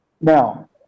Now